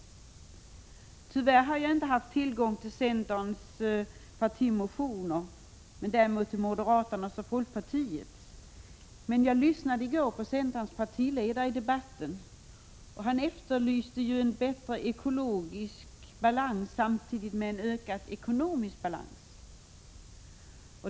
Tyvärr har jag inte haft tillgång till centerns partimotioner — däremot till moderaternas och folkpartiets. Men jag lyssnade i går till centerns partiledare i debatten. Han efterlyste en bättre ekologisk balans samtidigt med en ökad ekonomisk balans.